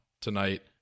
tonight